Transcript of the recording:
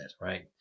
right